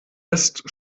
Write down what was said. ist